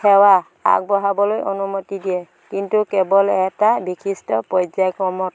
সেৱা আগবঢ়াবলৈ অনুমতি দিয়ে কিন্তু কেৱল এটা বিশিষ্ট পৰ্য্যায়ক্ৰমত